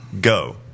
Go